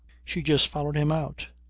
she just followed him out.